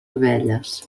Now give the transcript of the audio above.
abelles